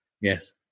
Yes